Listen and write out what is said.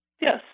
Yes